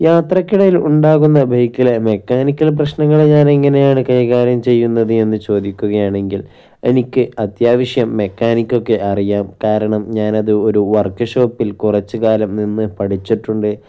യാത്രക്കിടയിൽ ഉണ്ടാകുന്ന വെഹിക്കിളിലെ മെക്കാനിക്കൽ പ്രശ്നങ്ങൾ ഞാൻ എങ്ങനെയാണ് കൈകാര്യം ചെയ്യുന്നത് എന്ന് ചോദിക്കുകയാണെങ്കിൽ എനിക്ക് അത്യാവശ്യം മെക്കാനിക്കൊക്കെ അറിയാം കാരണം ഞാനത് ഒരു വർക്ക് ഷോപ്പിൽ കുറച്ച് കാലം നിന്ന് പഠിച്ചിട്ടുണ്ട്